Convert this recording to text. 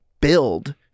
build